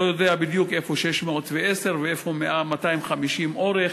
לא יודע בדיוק איפה 610 ואיפה 250 אורך,